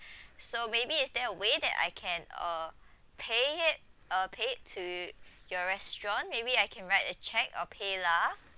so maybe is there a way that I can uh pay it uh pay it to your restaurant maybe I can write a check or paylah